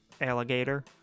alligator